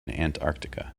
antarctica